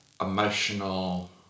emotional